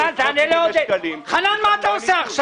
יודעים מה?